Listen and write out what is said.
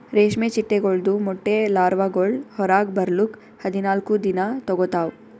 ರೇಷ್ಮೆ ಚಿಟ್ಟೆಗೊಳ್ದು ಮೊಟ್ಟೆ ಲಾರ್ವಾಗೊಳ್ ಹೊರಗ್ ಬರ್ಲುಕ್ ಹದಿನಾಲ್ಕು ದಿನ ತೋಗೋತಾವ್